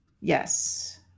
Yes